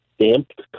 stamped